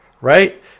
Right